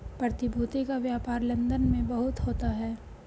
प्रतिभूति का व्यापार लन्दन में बहुत होता है